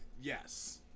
yes